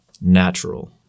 natural